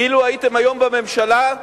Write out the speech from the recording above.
אילו הייתם היום בממשלה,